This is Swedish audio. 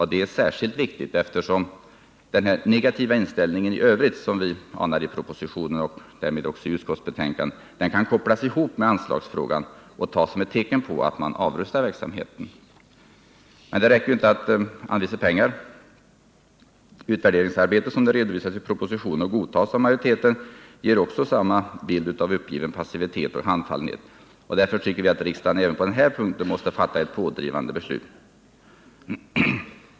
Detta är särskilt viktigt, eftersom den negativa inställning i övrigt som vi anar i propositionen och därmed också i utskottsbetänkandet kan kopplas ihop med anslagsfrågan och tas som ett tecken på att man avrustar hela verksamheten. Men det räcker inte att anvisa pengar. Utvärderingsarbetet, som det redovisas i propositionen och godtas av majoriteten, ger också samma bild av uppgiven passivitet och handfallenhet. Därför tycker vi att riksdagen också på den här punkten måste fatta ett pådrivande beslut.